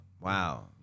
Wow